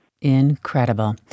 Incredible